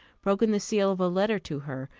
broken the seal of a letter to her,